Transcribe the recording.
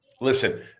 Listen